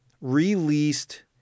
released